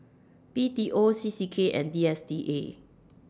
B T O C C K and D S T A